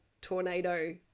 tornado